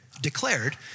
declared